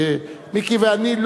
מיקי ואני,